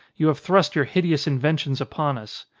you have thrust your hideous inventions upon us.